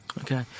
Okay